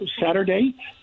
Saturday